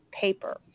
paper